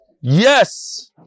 Yes